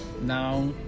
Now